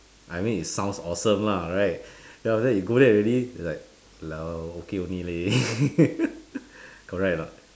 I mean it sounds awesome lah right then after that you go there already like !walao! okay only leh correct or not